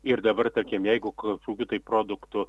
ir dabar tarkim jeigu koks tai ūkio produktų